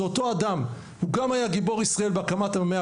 זה אותו אדם הוא גם היה גיבור ישראל בהקמת ה-101